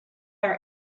our